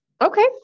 Okay